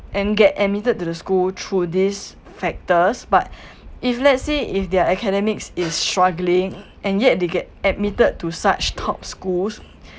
and get admitted to the school through these factors but if let's say if their academics is struggling and yet they get admitted to such top schools